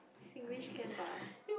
Singlish can ba